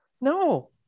no